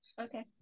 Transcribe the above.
okay